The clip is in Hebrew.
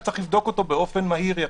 שצריך לבדוק אותו באופן מהיר יחסית,